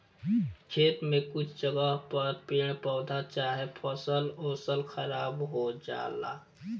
खेत में कुछ जगह पर पेड़ पौधा चाहे फसल ओसल खराब हो जाला